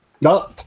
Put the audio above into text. no